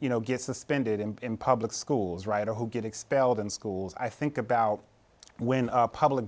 you know get suspended him in public schools right or who get expelled in schools i think about when public